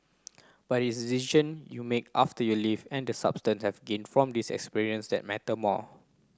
but its decision you make after you leave and the substance have gained from this experience that matter more